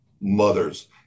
mothers